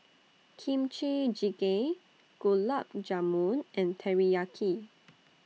Kimchi Jjigae Gulab Jamun and Teriyaki